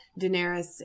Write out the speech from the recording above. daenerys